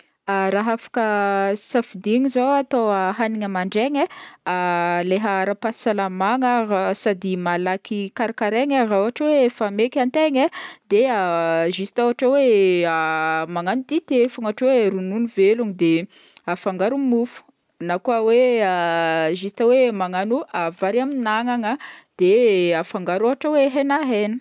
Raha afaka safidigny zao atao a hagniny mandraigny leha ara-pahasalamagna ra- sady malaky karikaraigny ra ôhatra hoe efa maika an-tegna e, de juste ôhatra hoe magnagno dité fôgna, ôhatra ronono velogno de afangaro amy mofo na koa e juste hoe magnano vary amin'agnagna de afangaro amy ôhatra hoe hegnahegna.